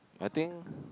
I think